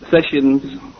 sessions